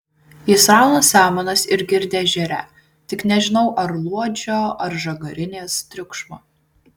jis rauna samanas ir girdi ežere tik nežinau ar luodžio ar žagarinės triukšmą